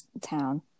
town